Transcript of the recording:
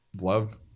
love